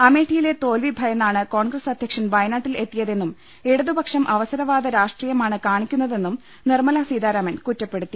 അമേഠിയിലെ തോൽവി ഭയന്നാണ് കോൺഗ്രസ് അധ്യക്ഷൻ വയനാട്ടിൽ എത്തിയതെന്നും ഇടതുപക്ഷം അവ സരവാദ രാഷ്ട്രീയമാണ് കാണിക്കുന്നതെന്നും നിർമ്മല സീതാരാമൻ കുറ്റപ്പെടുത്തി